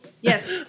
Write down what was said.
Yes